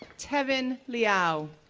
tevin liao,